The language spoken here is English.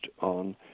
on